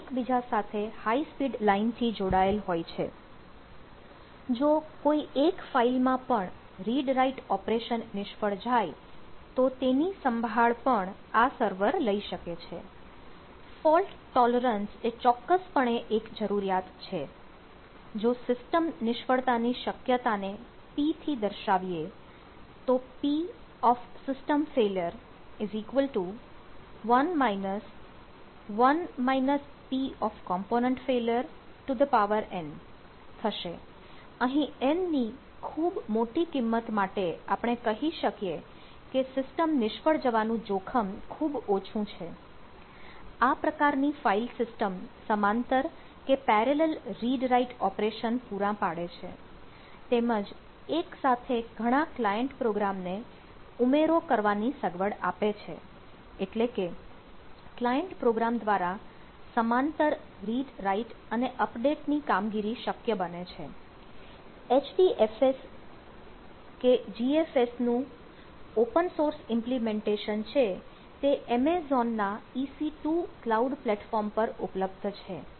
જો કોઈ એક ફાઈલ માં પણ રીડ રાઇટ છે તે એમેઝોન ના EC2 કલાઉડ પ્લેટફોર્મ પર ઉપલબ્ધ છે